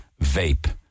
vape